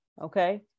Okay